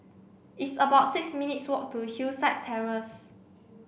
it's about six minutes' walk to Hillside Terrace